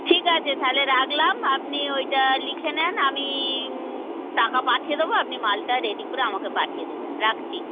ঠিক আছে তাহলে রাখলাম আপনি ওইটা লিখে নেন আমি টাকা পাঠিয়ে দেবো আপনি মালটা রেডি করে আমাকে পাঠিয়ে দেবেন রাকছি